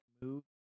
move